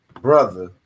brother